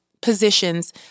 positions